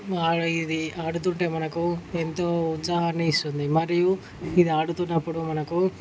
వాళ్ళు ఇది ఆడుతుంటే మనకు ఎంతో ఉత్సాహాన్ని ఇస్తుంది మరియు ఇది ఆడుతున్నప్పుడు మనకు